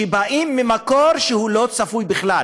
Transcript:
שבאים ממקור שהוא לא צפוי בכלל,